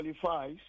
qualifies